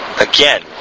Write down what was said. again